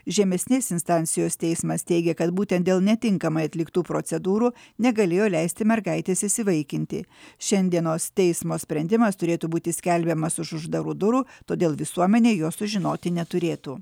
žemesnės instancijos teismas teigė kad būtent dėl netinkamai atliktų procedūrų negalėjo leisti mergaitės įsivaikinti šiandienos teismo sprendimas turėtų būti skelbiamas už uždarų durų todėl visuomenė jo sužinoti neturėtų